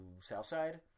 Southside